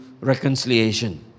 reconciliation